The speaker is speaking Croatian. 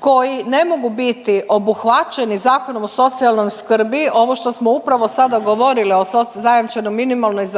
koji ne mogu biti obuhvaćeni Zakonom o socijalnoj skrbi. Ovo što smo upravo sada govorili o zajamčenoj minimalnoj